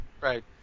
Right